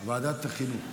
ועדת החינוך.